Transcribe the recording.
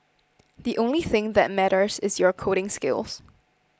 the only thing that matters is your coding skills